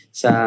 sa